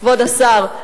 כבוד השר,